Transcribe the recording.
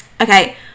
okay